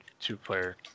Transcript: two-player